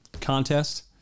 contest